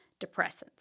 depressants